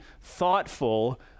thoughtful